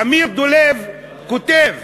אמיר דולב כתב,